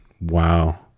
Wow